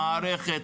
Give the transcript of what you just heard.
מערכת,